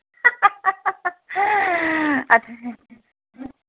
ꯑꯁ